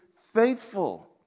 faithful